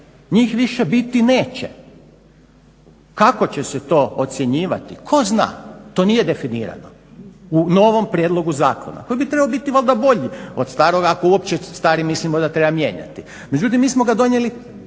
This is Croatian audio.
njih više biti neće. Kako će se to ocjenjivati? Tko zna. To nije definirano u novom prijedlogu zakona. To bi trebao biti valjda bolji od staroga ako uopće stari mislimo da treba mijenjati. Međutim, mi smo ga donijeli,